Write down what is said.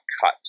cut